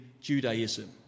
Judaism